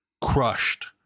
crushed